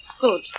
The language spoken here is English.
good